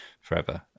forever